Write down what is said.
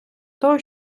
того